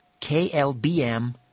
KLBM